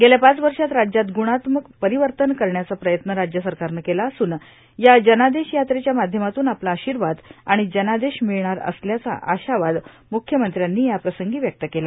गेल्या पाच वर्षात राज्यात ग्णात्मक परिवर्तन करण्याचा प्रयत्न राज्य सरकारनं केला असून या जनादेश याट्रेच्या माध्यमातून आपला आशिर्वाद आणि जनादेश मिळणार असल्याचा आशावाद म्ख्यमंत्र्यांनी याप्रसंगी व्यक्त केला